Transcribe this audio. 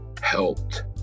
helped